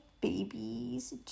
babies